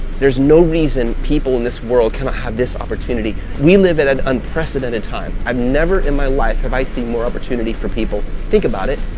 there's no reason people in this world cannot have this opportunity. we live in an unprecedented time. i've never in my life have i seen more opportunity for people. think about it.